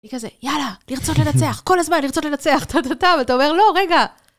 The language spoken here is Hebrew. היא כזה, יאללה, לרצות לנצח, כל הזמן לרצות לנצח. אתה אומר, לא, רגע.